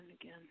again